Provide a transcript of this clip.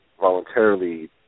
voluntarily